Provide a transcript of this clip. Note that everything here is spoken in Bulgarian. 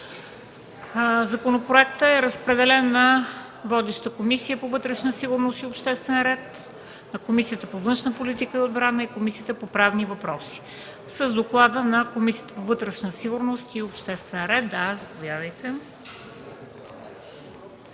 Законопроектът е разпределен на водещата Комисията по вътрешна сигурност и обществен ред, на Комисията по външна политика и отбрана и на Комисията по правни въпроси. С доклада на Комисията по вътрешна сигурност и обществен ред ще ни запознае